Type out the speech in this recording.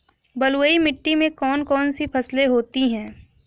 बलुई मिट्टी में कौन कौन सी फसलें होती हैं?